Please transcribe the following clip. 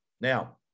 Now